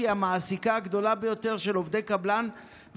שהיא המעסיקה הגדולה ביותר של עובדי קבלן,